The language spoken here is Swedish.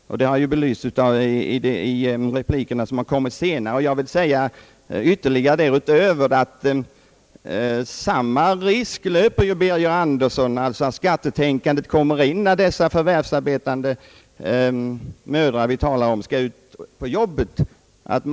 Det har också belysts i de repliker som kommit senare. Därutöver vill jag säga, att samma risk löper herr Birger Andersson, när han nu påstår att skattetänkandet kommer in, när det gäller de förvärvsarbetande mödrar som vi talar om skall ut i förvärvsarbete.